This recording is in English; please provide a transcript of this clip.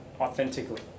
authentically